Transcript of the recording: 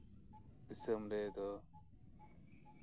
ᱫᱤᱥᱚᱢ ᱨᱮᱫᱚ